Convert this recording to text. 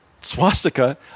swastika